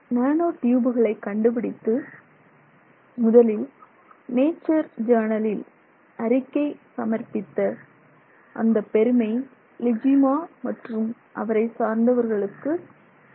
nano டியூபுகளை கண்டுபிடித்து முதலில் நேச்சர் ஜர்னலில் அறிக்கை சமர்ப்பித்த அந்தப் பெருமை லிஜிமா மற்றும் அவரை சார்ந்தவர்களுக்கு சேரும்